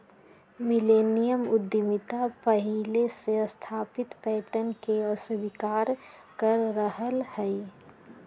millennium उद्यमिता पहिले से स्थापित पैटर्न के अस्वीकार कर रहल हइ